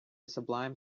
sublime